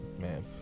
Man